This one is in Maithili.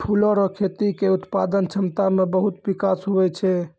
फूलो रो खेती के उत्पादन क्षमता मे बहुत बिकास हुवै छै